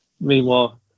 meanwhile